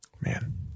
Man